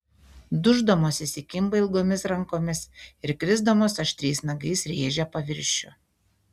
duždamos įsikimba ilgomis rankomis ir krisdamos aštriais nagais rėžia paviršių